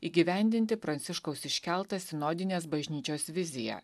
įgyvendinti pranciškaus iškeltą sinodinės bažnyčios viziją